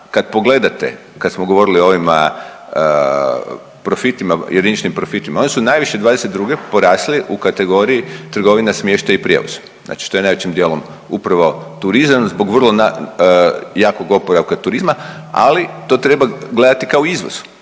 Kad pogledate, kad smo govorili o ovima, profitima, jediničnim profitima, oni su najviše '22. porasli u kategoriji trgovina, smještaj i prijevoz, znači što je najvećim dijelom upravo turizam, zbog vrlo jakog oporavka turizma, ali to treba gledati kao izvoz,